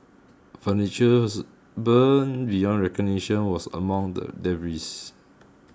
furnitures burned beyond recognition was among the debris